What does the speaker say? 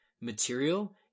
material